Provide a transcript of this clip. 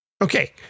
Okay